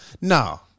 No